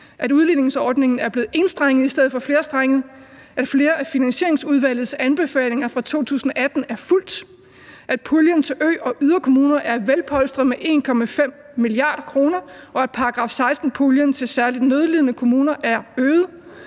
at udligningsordningen er blevet enstrenget i stedet for flerstrenget; at flere af Finansieringsudvalgets anbefalinger fra 2018 er fulgt; at puljen til ø- og yderkommuner er velpolstret med 1,5 mia. kr.; at § 16-puljen til særlig nødlidende kommuner er øget;